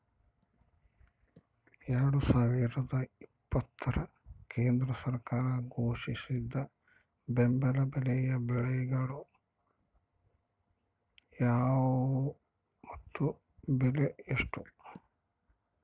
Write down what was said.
ಎರಡು ಸಾವಿರದ ಇಪ್ಪತ್ತರ ಕೇಂದ್ರ ಸರ್ಕಾರ ಘೋಷಿಸಿದ ಬೆಂಬಲ ಬೆಲೆಯ ಬೆಳೆಗಳು ಯಾವುವು ಮತ್ತು ಬೆಲೆ ಎಷ್ಟು?